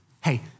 hey